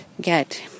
get